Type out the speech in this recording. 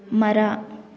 ಮರ